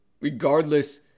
Regardless